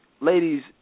ladies